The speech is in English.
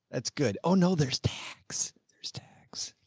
that's good. oh no, there's tax. there's tax.